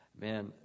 man